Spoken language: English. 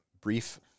brief